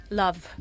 love